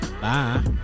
Bye